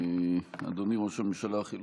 אדוני ראש הממשלה החליפי,